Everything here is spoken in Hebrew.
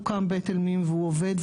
הוקם ׳בית אל מים׳ והוא עובד,